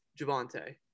Javante